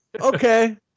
Okay